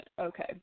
Okay